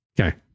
okay